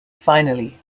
finally